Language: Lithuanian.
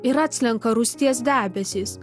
ir atslenka rūsties debesys